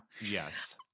Yes